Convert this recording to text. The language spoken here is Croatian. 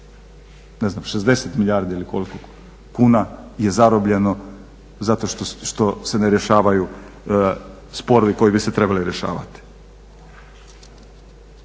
ne znam 60 milijardi ili koliko kuna je zarobljeno zato što se ne rješavaju sporovi koji bi se trebali rješavati.